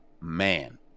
Man